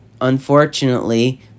unfortunately